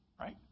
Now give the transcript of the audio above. right